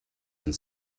and